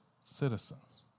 citizens